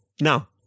Now